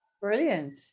Brilliant